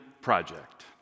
project